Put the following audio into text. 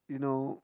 you know